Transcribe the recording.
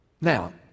Now